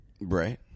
Right